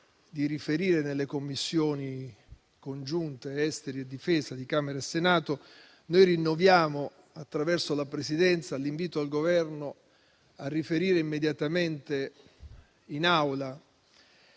a riferire nelle Commissioni congiunte esteri e difesa di Camera e Senato, noi rinnoviamo, attraverso la Presidenza, l'invito al Governo a riferire immediatamente in Aula,